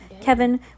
Kevin